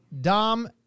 Dom